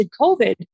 covid